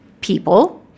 people